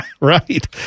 Right